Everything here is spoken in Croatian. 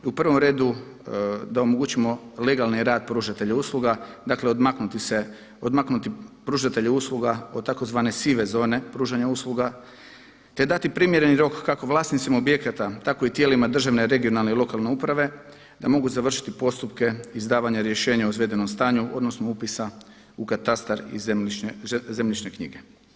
I u prvom redu da omogućimo legalni rad pružatelja usluga, dakle odmaknuti se, odmaknuti pružatelje usluga od tzv. sive zone pružanja usluga, te dati primjereni rok kako vlasnicima objekata tako i tijelima državne, regionalne i lokalne uprave, da mogu završiti postupke izdavanja rješenja o izvedenom stanju, odnosno upisa u katastar i zemljišne knjige.